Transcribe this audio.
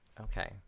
Okay